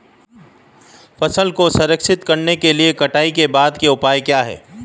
फसल को संरक्षित करने के लिए कटाई के बाद के उपाय क्या हैं?